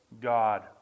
God